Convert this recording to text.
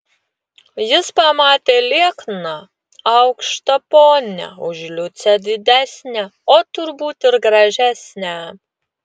jis pamatė liekną aukštą ponią už liucę didesnę o turbūt ir gražesnę